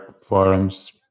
forums